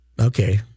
okay